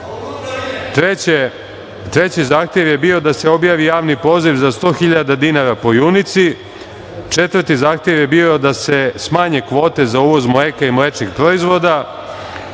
Treće zahtev je bio da se objavi javni poziv za 100 hiljada dinara po junici. Četvrti zahtev je bio da se smanje kvote za uvoz mleka i mlečnih proizvoda.